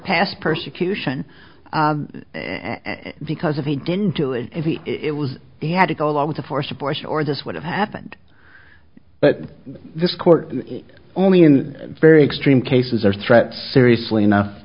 past persecution because if he didn't do it if it was he had to go along with the forced abortion or this would have happened but this court only in very extreme cases are threats seriously enough